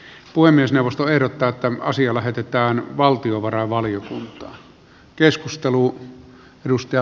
puhemiesneuvosto ehdottaa että asia lähetetään valtiovarainvaliokuntaan